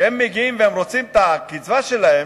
שהם מגיעים והם רוצים את הקצבה שלהם,